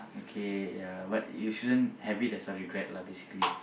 okay ya but you shouldn't have it as a regret lah basically